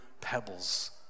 pebbles